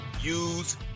use